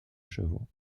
chevaux